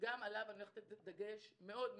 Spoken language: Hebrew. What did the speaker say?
שגם עליו אני הולכת לתת דגש מאד גדול.